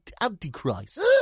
Antichrist